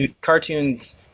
cartoons